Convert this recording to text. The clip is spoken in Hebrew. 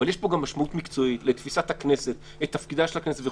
אבל יש פה גם משמעות מקצועית לתפיסת תפקידה של הכנסת.